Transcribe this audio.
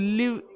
live